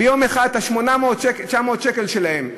ביום אחד להפסיק את 800 900 השקל שלהם,